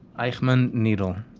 eichmann needle.